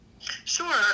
Sure